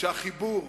והחיבור